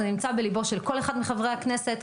זה נמצא בליבו של כל אחד מחברי הכנסת,